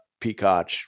Peacock